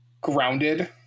grounded